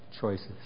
choices